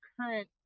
current